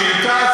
שאילתה,